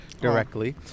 directly